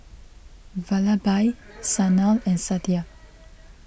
Vallabhbhai Sanal and Satya